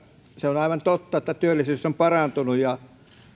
se on aivan totta että työllisyys on parantunut